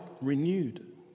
renewed